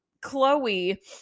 Chloe